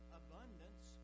abundance